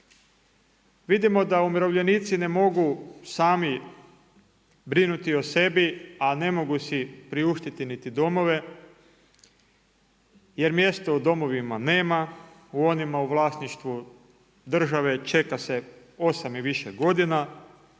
Vidimo da umirovljenici ne mogu sami brinuti o sebi a ne mogu si priuštiti niti domove, jer mjesta u domovima nema, onima u vlasništvu države čeka se 8 i više godina,